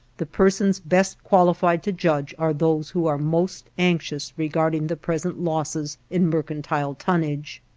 the persons best qualified to judge are those who are most anxious regarding the present losses in mercantile tonnage.